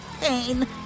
pain